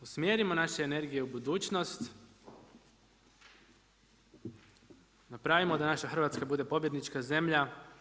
Usmjerimo naše energije u budućnost, napravimo da naša Hrvatska bude pobjednička zemlja.